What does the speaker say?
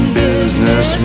business